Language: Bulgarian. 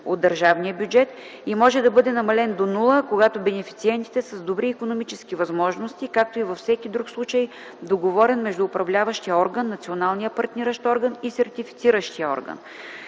от държавния бюджет), и може да бъде намален до нула, когато бенефициентите са с добри икономически възможности, както и във всеки друг случай, договорен между управляващия орган, националния партниращ орган и сертифициращия орган.